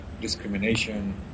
discrimination